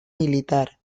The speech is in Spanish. militar